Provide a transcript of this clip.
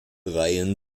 reihen